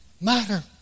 matter